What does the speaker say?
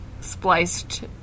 spliced